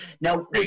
Now